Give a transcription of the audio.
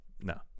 No